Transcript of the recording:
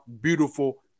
beautiful